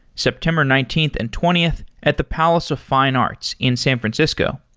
september nineteenth and twentieth at the palace of fine arts in san francisco.